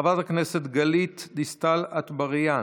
חברת הכנסת גלית דיסטל אטבריאן,